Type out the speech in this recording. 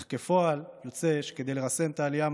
אך בפועל יוצא שכדי לרסן את העלייה,